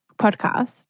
podcast